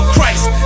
Christ